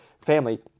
family